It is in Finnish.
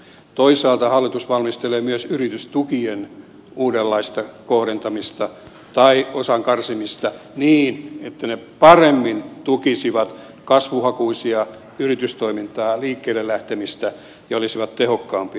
toisaalta hallitus valmistelee myös yritystukien uudenlaista kohdentamista tai osan karsimista niin että ne paremmin tukisivat kasvuhakuisen yritystoiminnan liikkeelle lähtemistä ja olisivat tehokkaampia